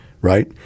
right